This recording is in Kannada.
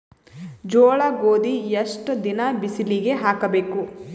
ಜೋಳ ಗೋಧಿ ಎಷ್ಟ ದಿನ ಬಿಸಿಲಿಗೆ ಹಾಕ್ಬೇಕು?